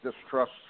distrust